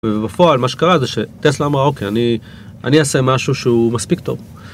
ובפועל מה שקרה זה שטסלה אמרה אוקיי אני אעשה משהו שהוא מספיק טוב